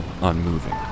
unmoving